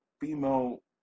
female